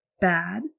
bad